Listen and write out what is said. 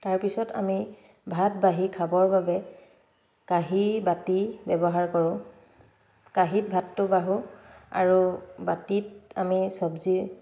তাৰপিছত আমি ভাত বাঢ়ি খাবৰ বাবে কাঁহী বাতি ব্যৱহাৰ কৰোঁ কাঁহীত ভাতটো বাঢ়োঁ আৰু বাাটিত আমি চব্জি